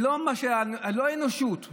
שלא האנושות,